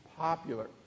popular